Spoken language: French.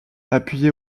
appuyée